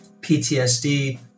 PTSD